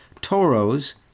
Toros